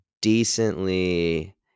decently